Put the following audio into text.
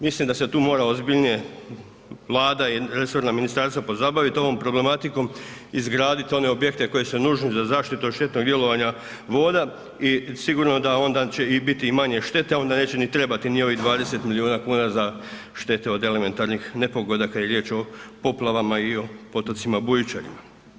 Mislim da se tu mora ozbiljnije vlada i resorna ministarstva pozabaviti ovom problematikom, izgraditi one objekte koji su nužni za zaštitu od štetnog djelovanja voda i sigurno da će onda biti manje štete, a onda neće ni trebati ni ovih 20 milijuna kuna za štete od elementarnih nepogoda kada je riječ o poplavama i o potocima bujičarima.